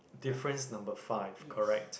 difference number five correct